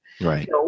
Right